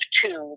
two